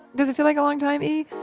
does it feel like a long time e?